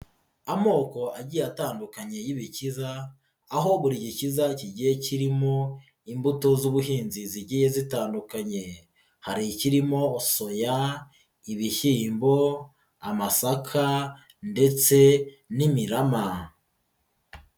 Amoko agiye atandukanye y'ibikiza, aho buri gikiza kigiye kirimo imbuto z'ubuhinzi zigiye zitandukanye, hari ikirimo soya, ibishyimbo, amasaka ndetse n'imirama.